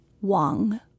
Wang